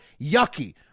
yucky